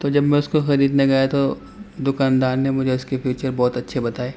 تو جب میں اس کو خریدنے گیا تو دکاندار نے مجھے اس کے فیچر بہت اچھے بتائے